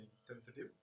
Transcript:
sensitive